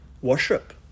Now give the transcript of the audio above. Worship